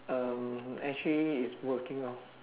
um actually is working lor